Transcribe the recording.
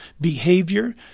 behavior